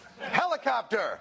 helicopter